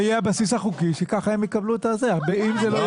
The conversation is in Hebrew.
זה יהיה הבסיס החוקי שככה הם יקבלו את ה אם זה לא